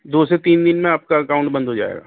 دو سے تین دن میں آپ کا اکاؤنٹ بند ہو جائے گا